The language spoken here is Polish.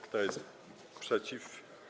Kto jest przeciw?